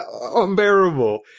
unbearable